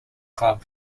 club